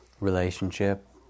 relationship